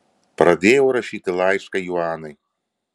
pradėjau rašyti laišką joanai